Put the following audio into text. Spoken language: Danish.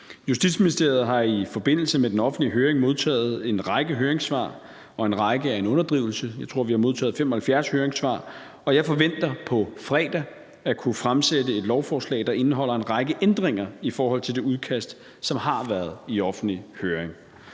Justitsministeriet har i forbindelse med den offentlige høring modtaget en række høringssvar, og »en række« er en underdrivelse. Jeg tror, vi har modtaget 75 høringssvar, og jeg forventer på fredag at kunne fremsætte et lovforslag, der indeholder en række ændringer i forhold til det udkast, som har været i offentlig høring.